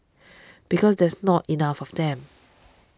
because there's not enough of them